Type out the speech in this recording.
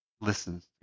listens